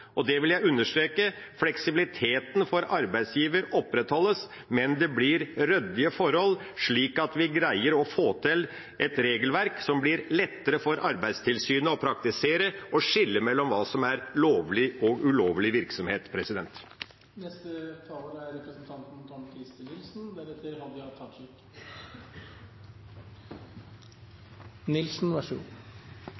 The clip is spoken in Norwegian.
og det vil jeg understreke: Fleksibiliteten for arbeidsgiver opprettholdes, men det blir ryddige forhold, slik at vi greier å få til et regelverk som det blir lettere for Arbeidstilsynet å praktisere, og som skiller mellom hva som er lovlig og ulovlig virksomhet.